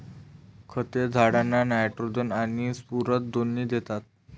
खते झाडांना नायट्रोजन आणि स्फुरद दोन्ही देतात